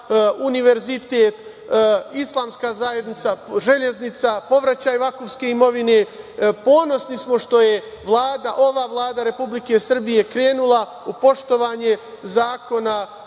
univerzitet, Islamska zajednica, železnica, povraćaj vakufske imovine. Ponosni smo što je ova Vlada Republike Srbije krenula u poštovanje Zakona